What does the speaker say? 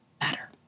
better